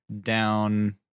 down